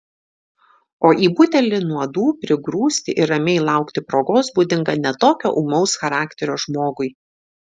o į butelį nuodų prigrūsti ir ramiai laukti progos būdinga ne tokio ūmaus charakterio žmogui